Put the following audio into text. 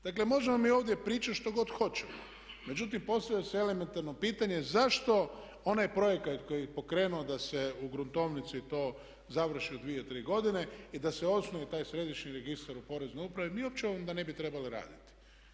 Dakle možemo mi ovdje pričati što god hoćemo, međutim postavlja se elementarno pitanje zašto onaj projekat koji je pokrenuo da se u gruntovnici to završi u 2, 3 godine i da se osnuje taj središnji registar u poreznoj upravi mi uopće onda ne bi trebali raditi.